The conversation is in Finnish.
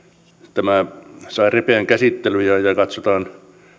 tämä saa ripeän käsittelyn ja katsotaan